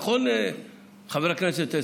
נכון, חבר הכנסת טסלר?